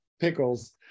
pickles